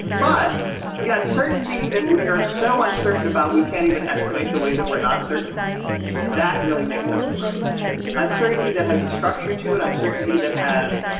but the uncertainty that we are so uncertain about we can't even estimate the way that we're not certain that really makes us worried i'm certainly that has a structure to an and uncertainty that has